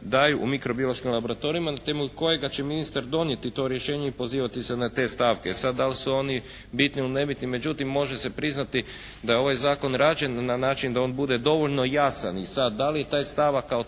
daju u mikrobiološkim laboratorijima na temelju kojega će ministar donijeti to rješenje i pozivati se na te stavke. Sad da li su oni bitni ili nebitni, međutim može se priznati da je ovaj zakon rađen na način da on bude dovoljno jasan. E sada, da li je taj stavak kao